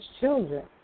children